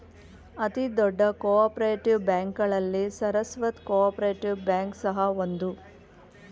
ಅತಿ ದೊಡ್ಡ cooperative ಬ್ಯಾಂಕ್ಗಳಲ್ಲಿ ಸರಸ್ವತ್ ಕೋಪರೇಟಿವ್ ಬ್ಯಾಂಕ್ ಸಹ ಒಂದು